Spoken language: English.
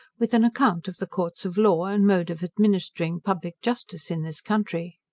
with an account of the courts of law, and mode of administering public justice in this country.